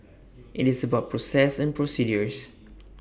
IT is about process and procedures